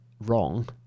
wrong